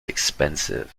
expensive